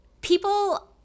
people